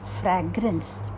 fragrance